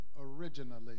originally